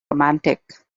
romantic